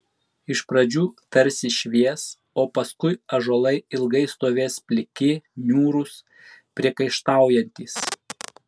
iš pradžių tarsi švies o paskui ąžuolai ilgai stovės pliki niūrūs priekaištaujantys